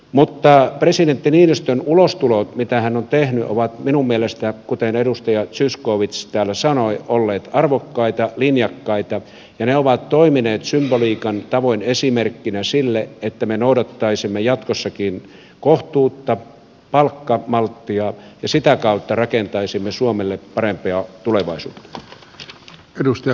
mutta presidentti niinistön ulostulo minkä hän on tehnyt on minun mielestäni kuten edustaja zyskowicz täällä sanoi ollut arvokas linjakas ja se on toiminut symboliikan tavoin esimerkkinä sille että me noudattaisimme jatkossakin kohtuutta palkkamalttia ja sitä kautta rakentaisimme suomelle parempaa tulevaisuutta